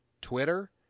Twitter